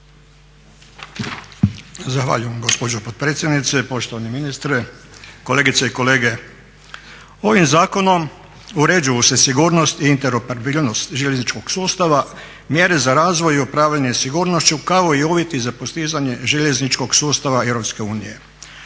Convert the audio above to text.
Zahvaljujem gospođo potpredsjednice, poštovani ministre, kolegice i kolege. Ovim zakonom uređuju se sigurnost i interoperabilnost željezničkog sustava, mjere za razvoj i upravljanje sigurnošću kao i uvjeti za postizanje željezničkog sustava EU.